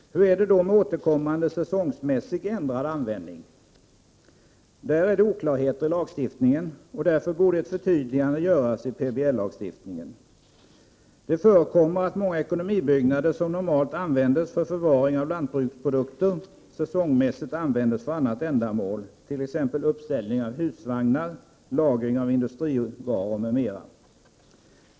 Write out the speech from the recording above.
Hur är det då med återkommande säsongsmässig ändrad användning? Där är det oklarheter i lagstiftningen, och därför borde ett förtydligande göras i PBL-lagstiftningen. Det förekommmer att många ekonomibyggnader, som normalt används för förvaring av lantbruksprodukter, säsongsmässigt används för annat ändamål t.ex. uppställning av husvagnar, lagring av industrivaror m.m.